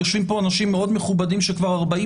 יושבים פה אנשים מאוד מכובדים שכבר 40